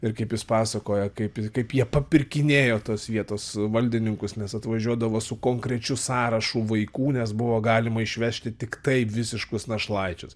ir kaip jis pasakoja kaip kaip jie papirkinėjo tuos vietos valdininkus nes atvažiuodavo su konkrečiu sąrašu vaikų nes buvo galima išvežti tiktai visiškus našlaičius